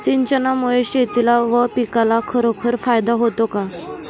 सिंचनामुळे शेतीला व पिकाला खरोखर फायदा होतो का?